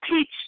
teach